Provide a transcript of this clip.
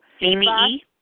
Amy